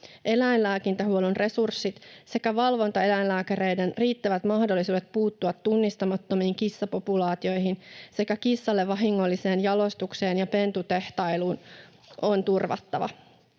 Eläinlääkintähuollon resurssit sekä valvontaeläinlääkäreiden riittävät mahdollisuudet puuttua tunnistamattomiin kissapopulaatioihin sekä kissalle vahingolliseen jalostukseen ja pentutehtailuun on turvattava.